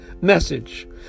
message